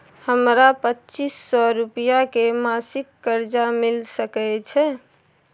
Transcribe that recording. हमरा पच्चीस सौ रुपिया के मासिक कर्जा मिल सकै छै?